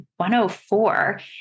104